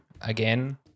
again